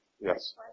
yes